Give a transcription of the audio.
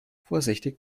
vorsichtig